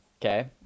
okay